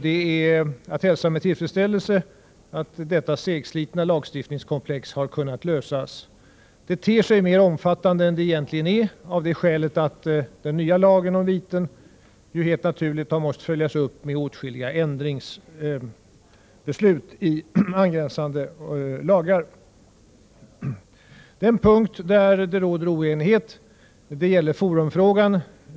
Det är att hälsa med tillfredställelse att man har kunnat finna en lösning på detta segslitna lagstiftningskomplex. Det ter sig mera omfattande än det egentligen är, av det skälet att den nya lagen om viten helt naturligt har måst följas upp med åtskilliga ändringsbeslut när det gäller angränsande lagar. Den punkt där det råder oenighet gäller forumfrågan.